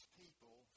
people